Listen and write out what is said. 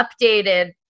updated